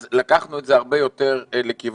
אז לקחנו את זה הרבה יותר לכיוון